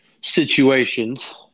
situations